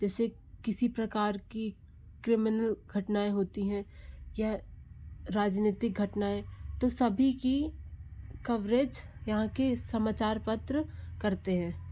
जैसे किसी प्रकार की क्रिमिनल घटनाएँ होती हैं यह राजनितिक घटनाएँ तो सभी की कवरेज यहाँ के समाचार पत्र करते हैं